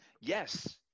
Yes